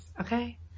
okay